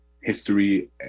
history